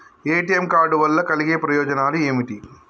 ATM card వల్ల కలిగే ప్రయోజనాలు ఏమిటి?